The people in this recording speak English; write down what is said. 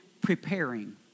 preparing